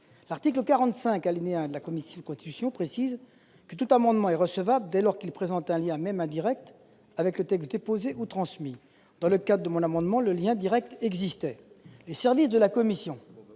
Le premier alinéa de l'article 45 de la Constitution précise que tout amendement est recevable dès lors qu'il présente un lien, même indirect, avec le texte déposé ou transmis. Pour ce qui concerne mon amendement, le lien direct existait. Les services de la commission